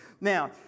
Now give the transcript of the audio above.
Now